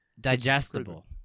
Digestible